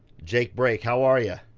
jake brake, how are ya?